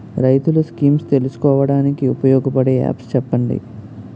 రైతులు స్కీమ్స్ తెలుసుకోవడానికి ఉపయోగపడే యాప్స్ చెప్పండి?